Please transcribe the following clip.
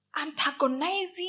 antagonizing